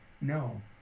no